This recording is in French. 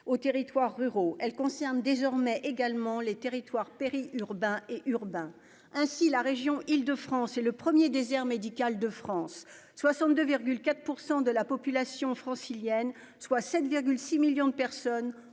aux territoires ruraux, elle concerne désormais également les territoires péri-urbain et urbain ainsi la région Île-de-France et le 1er désert médical de France 62 4 pour 100 de la population francilienne, soit 7,6 millions de personnes